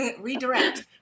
Redirect